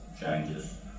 changes